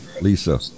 Lisa